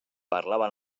parlava